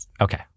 Okay